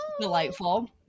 delightful